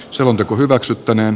selonteko hyväksyttäneen